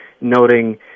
noting